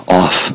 off